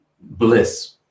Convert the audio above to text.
bliss